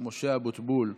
משה אבוטבול,